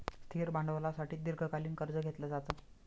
स्थिर भांडवलासाठी दीर्घकालीन कर्ज घेतलं जातं